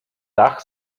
dach